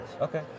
Okay